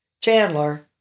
Chandler